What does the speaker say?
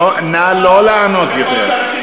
נא לא לענות יותר.